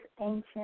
ancient